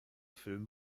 film